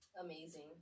Amazing